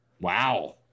Wow